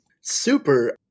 super